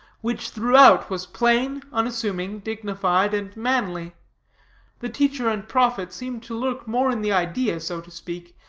which throughout was plain, unassuming, dignified, and manly the teacher and prophet seemed to lurk more in the idea, so to speak,